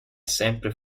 sempre